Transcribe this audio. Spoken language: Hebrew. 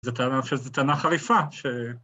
‫זו טענה חריפה ש...